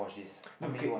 no okay